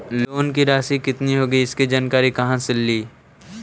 Loan की रासि कितनी होगी इसकी जानकारी कहा से ली?